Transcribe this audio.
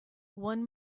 one